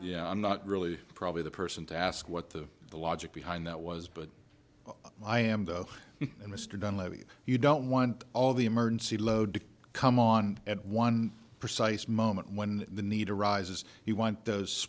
yeah i'm not really probably the person to ask what the the logic behind that was but i am though and mr dunn levy you don't want all the emergency load to come on at one precise moment when the need arises you want those